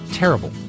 terrible